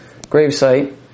gravesite